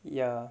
ya